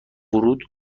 ورود